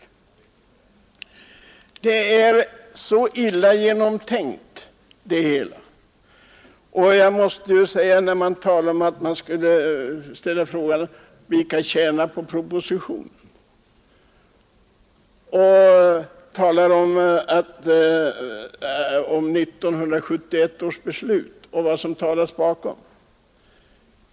Det hela är mycket illa genomtänkt, och man undrar vilka det är som tjänar på propositionens förslag. Det talas om 1971 års beslut och vad som låg bakom det.